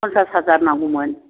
पन्सास हाजार नांगौमोन